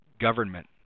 government